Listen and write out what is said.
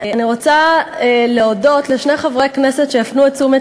אני רוצה להודות לשני חברי כנסת שהפנו את תשומת